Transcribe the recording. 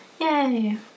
Yay